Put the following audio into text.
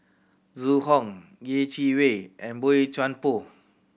Zhu Hong Yeh Chi Wei and Boey Chuan Poh